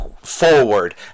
forward